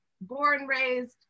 born-raised